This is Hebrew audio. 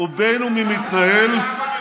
חברי הכנסת.